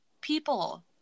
people